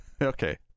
Okay